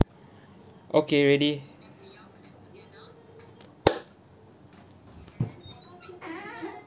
okay ready